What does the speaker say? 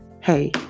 hey